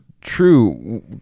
true